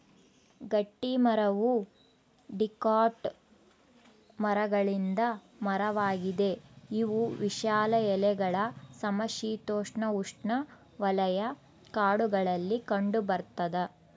ಗಟ್ಟಿಮರವು ಡಿಕಾಟ್ ಮರಗಳಿಂದ ಮರವಾಗಿದೆ ಇವು ವಿಶಾಲ ಎಲೆಗಳ ಸಮಶೀತೋಷ್ಣಉಷ್ಣವಲಯ ಕಾಡುಗಳಲ್ಲಿ ಕಂಡುಬರ್ತದ